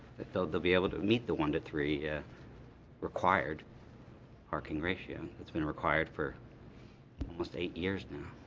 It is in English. they'll be able to meet the one to three required parking ratio that's been required for almost eight years now.